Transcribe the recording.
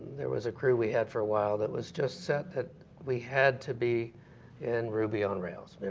there was a crew we had for a while that was just set that we had to be in ruby on rails.